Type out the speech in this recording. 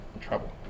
trouble